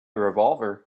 revolver